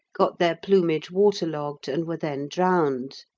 got their plumage waterlogged and were then drowned.